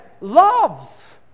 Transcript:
loves